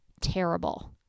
terrible